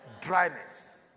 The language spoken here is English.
dryness